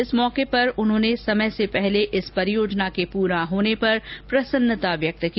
इस अवसर पर उन्होंने समय से पहले इस परियोजना के पूरा होने पर प्रसन्नता व्यक्त की